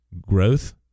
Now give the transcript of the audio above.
growth